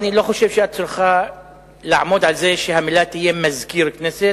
אני לא חושב שאת צריכה לעמוד על זה שהמלה תהיה "מזכיר הכנסת".